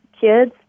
kids